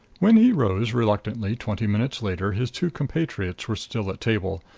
when he rose reluctantly twenty minutes later his two compatriots were still at table,